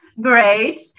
Great